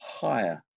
higher